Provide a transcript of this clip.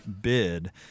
bid